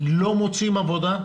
מוצאים עבודה,